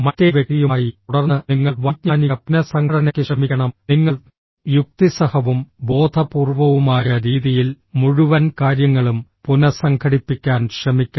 മറ്റേ വ്യക്തിയുമായി തുടർന്ന് നിങ്ങൾ വൈജ്ഞാനിക പുനഃസംഘടനയ്ക്ക് ശ്രമിക്കണം നിങ്ങൾ യുക്തിസഹവും ബോധപൂർവ്വവുമായ രീതിയിൽ മുഴുവൻ കാര്യങ്ങളും പുനസംഘടിപ്പിക്കാൻ ശ്രമിക്കണം